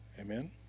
Amen